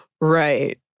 right